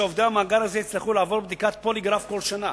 היא שעובדי המאגר הזה יצטרכו לעבור בדיקת פוליגרף כל שנה,